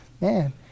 man